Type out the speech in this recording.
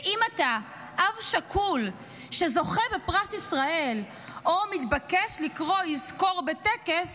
ואם אתה אב שכול שזוכה בפרס ישראל או מתבקש לקרוא יזכור בטקס,